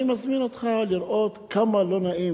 אני מזמין אותך לראות כמה לא נעים.